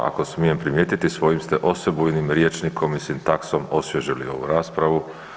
Ako smijem primijetiti svojim ste osebujnim rječnikom i sintaksom osvježili ovu raspravu.